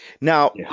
now